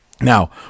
Now